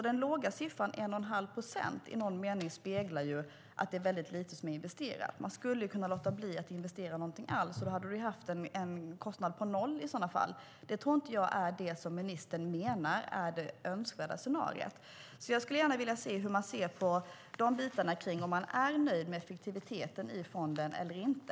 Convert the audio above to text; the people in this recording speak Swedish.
Den låga siffran 1 1⁄2 procent speglar i någon mening att det är väldigt lite som är investerat. Man skulle kunna låta bli att investera någonting alls. I så fall hade man haft en kostnad på noll. Det tror jag inte är det som ministern menar är det önskvärda scenariot. Jag skulle gärna vilja veta om hon är nöjd med effektiviteten i fonden eller inte.